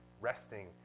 resting